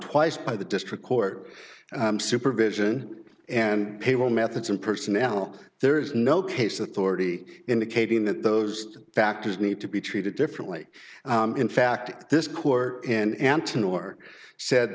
twice by the district court supervision and payroll methods and personnel there is no case authority indicating that those factors need to be treated differently in fact this court in antin or said